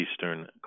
Eastern